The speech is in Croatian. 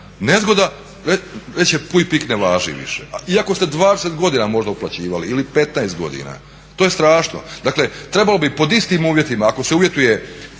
nezgoda reći će puj pik ne važi više, iako ste 20 godina možda uplaćivali ili 15 godina, to je strašno. Dakle, trebalo bi pod istim uvjetima, ako se uvjetuje